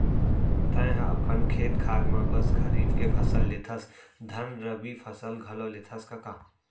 तैंहा अपन खेत खार म बस खरीफ के फसल लेथस धन रबि फसल घलौ लेथस कका?